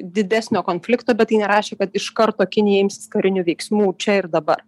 didesnio konflikto bet tai nerašė kad iš karto kinija imsis karinių veiksmų čia ir dabar